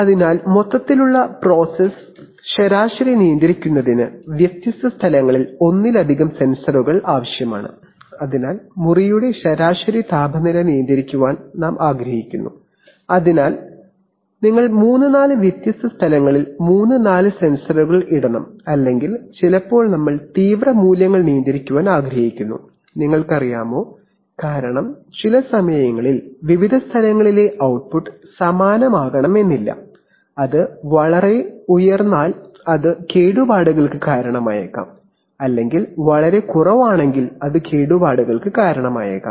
അതിനാൽ മൊത്തത്തിലുള്ള പ്രോസസ് ശരാശരി നിയന്ത്രിക്കുന്നതിന് വ്യത്യസ്ത സ്ഥലങ്ങളിൽ ഒന്നിലധികം സെൻസറുകൾ ആവശ്യമാണ് അതിനാൽ മുറിയുടെ ശരാശരി താപനില നിയന്ത്രിക്കാൻ നിങ്ങൾ ആഗ്രഹിക്കുന്നു അതിനാൽ നിങ്ങൾ മൂന്ന് നാല് വ്യത്യസ്ത സ്ഥലങ്ങളിൽ മൂന്ന് നാല് സെൻസറുകൾ ഇടണം അല്ലെങ്കിൽ ചിലപ്പോൾ ഞങ്ങൾ തീവ്ര മൂല്യങ്ങൾ നിയന്ത്രിക്കാൻ ആഗ്രഹിക്കുന്നു നിങ്ങൾക്കറിയാമോ കാരണം ചില സമയങ്ങളിൽ വിവിധ സ്ഥലങ്ങളിലെ output ട്ട്പുട്ട് സമാനമാകണമെന്നില്ല അത് വളരെ ഉയർന്നാൽ അത് കേടുപാടുകൾക്ക് കാരണമായേക്കാം അല്ലെങ്കിൽ വളരെ കുറവാണെങ്കിൽ അത് കേടുപാടുകൾക്ക് കാരണമായേക്കാം